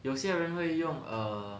有些人会用 err